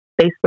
Facebook